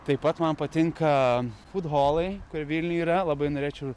taip pat man patinka fūdholai kur vilniuj yra labai norėčiau